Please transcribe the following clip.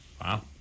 Wow